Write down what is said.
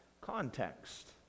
context